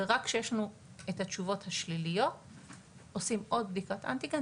ורק כשיש לנו את התשובות השליליות עושים עוד בדיקת אנטיגן